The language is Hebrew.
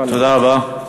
תודה רבה,